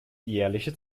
jährliche